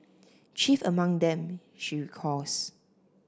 chief among them she recalls